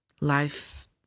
life